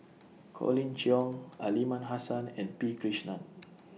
Colin Cheong Aliman Hassan and P Krishnan